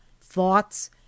thoughts